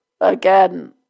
again